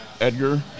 edgar